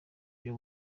byo